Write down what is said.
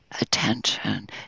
attention